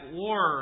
war